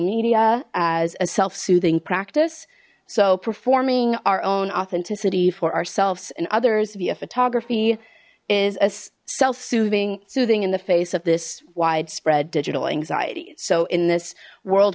media as a self soothing practice so performing our own authenticity for ourselves and others via photography is a self soothing soothing in the face of this widespread digital anxiety so in this world